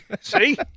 see